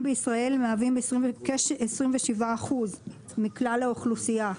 בישראל מהווים כ-27% מכלל האוכלוסייה.